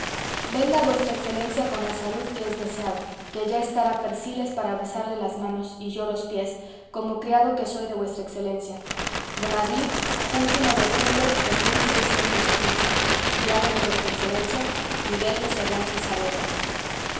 venga vuestra excelencia con la salud que es deseado que ya estará persiles para besarle las manos y yo los pies como criado que soy de vuestra excelencia de madrid último de otubre de mil seiscientos y quince criado de vuestra excelencia miguel de cervantes saavedra